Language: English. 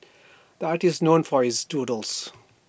the artist is known for his doodles